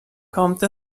kommt